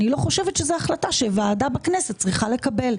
אני לא חושבת שזאת החלטה שוועדה בכנסת צריכה לקבל.